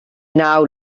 now